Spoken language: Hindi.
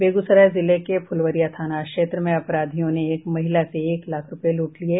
बेगूसराय जिले के फुलवरिया थाना क्षेत्र में अपराधियो ने एक महिला से एक लाख् रूपये लूट लिये